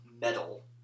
metal